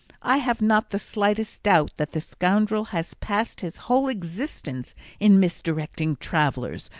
i have not the slightest doubt that the scoundrel has passed his whole existence in misdirecting travellers!